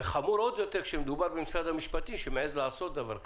חמור עוד יותר כשמדובר במשרד המשפטים שמעיז לעשות דבר כזה.